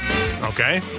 Okay